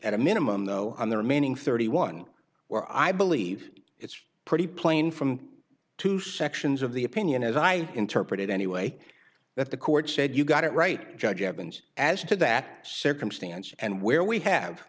at a minimum though on the remaining thirty one where i believe it's pretty plain from two sections of the opinion as i interpret it anyway that the court said you got it right judge evans as to that circumstance and where we have